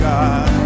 God